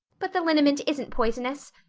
but the liniment isn't poisonous.